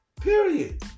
Period